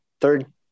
Third